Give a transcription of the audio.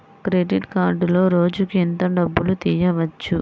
Credit కార్డులో రోజుకు ఎంత డబ్బులు తీయవచ్చు?